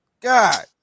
God